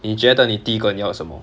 你觉得你第一个你要什么